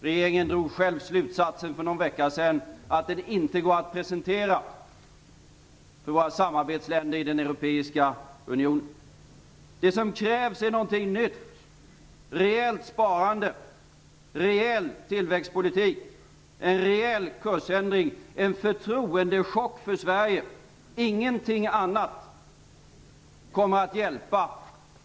Regeringen drog själv slutsatsen för någon vecka sedan att den inte går att presentera för våra samarbetsländer i den europeiska unionen. Det som krävs är någonting nytt, rejält sparande, rejäl tillväxtpolitik, en rejäl kursändring och en förtroendechock för Sverige. Ingenting annat kommer att hjälpa.